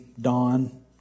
Don